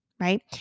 Right